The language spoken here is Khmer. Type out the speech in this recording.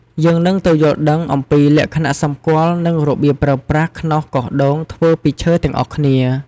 យើងនឹងទៅយល់ដឹងអំពីលក្ខណៈសម្គាល់ និងរបៀបប្រើប្រាស់ខ្នោសកោសដូងធ្វើពីឈើទាំងអស់គ្នា។